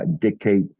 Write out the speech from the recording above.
dictate